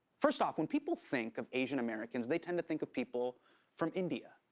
first off, when people think of asian americans, they tend to think of people from india,